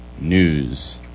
News